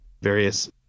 various